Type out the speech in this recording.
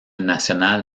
nationale